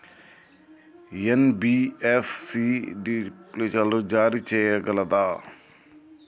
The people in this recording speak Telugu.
ఎన్.బి.ఎఫ్.సి డిబెంచర్లు జారీ చేయగలదా?